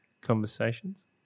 conversations